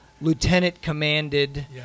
lieutenant-commanded